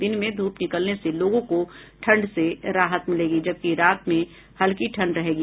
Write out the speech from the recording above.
दिन में धूप निकलने से लोगों को ठंड से राहत मिलेगी जबकि रात में हल्की ठंड रहेगी